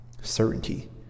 certainty